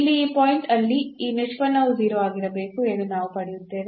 ಇಲ್ಲಿ ಈ ಪಾಯಿಂಟ್ ಅಲ್ಲಿ ಈ ನಿಷ್ಪನ್ನವು 0 ಆಗಿರಬೇಕು ಎಂದು ನಾವು ಪಡೆಯುತ್ತೇವೆ